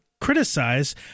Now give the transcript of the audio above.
criticize